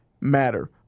matter